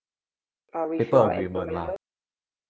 paper agreement lah